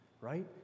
right